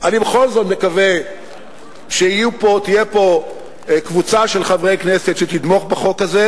אני בכל זאת מקווה שתהיה פה קבוצה של חברי כנסת שתתמוך בחוק הזה,